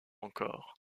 encore